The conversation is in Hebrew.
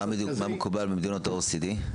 מה מקובל במדינות ה-OECD?